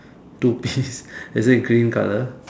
two piece is it green colour